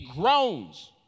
groans